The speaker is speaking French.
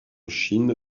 chine